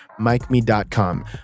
MikeMe.com